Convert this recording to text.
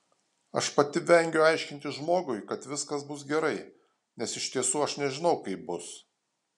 aš pati vengiu aiškinti žmogui kad viskas bus gerai nes iš tiesų aš nežinau kaip bus